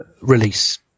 release